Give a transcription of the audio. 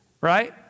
Right